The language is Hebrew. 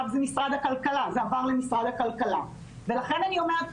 זה עבר למשרד הכלכלה לכן אני אומרת,